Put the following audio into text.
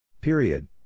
Period